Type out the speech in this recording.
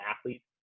athletes